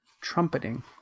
trumpeting